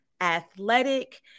athletic